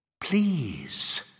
Please